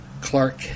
Clark